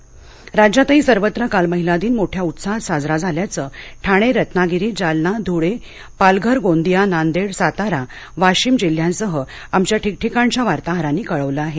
महिला दिन राज्यातही सर्वत्र काल महिला दिन मोठ्या उत्साहात साजरा झाल्याचं ठाणे रत्नागिरी जालना धूळे पालघर गोंदिया नांदेड सातारा वाशीम जिल्ह्यांसह आमच्या ठिकठिकाणच्या वार्ताहरांनी कळवलं आहे